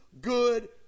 good